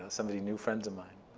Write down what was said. somebody knew friends of mine.